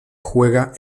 juega